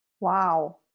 Wow